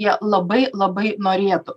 jie labai labai norėtų